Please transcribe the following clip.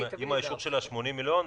עם האישור של 80 מיליון,